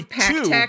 two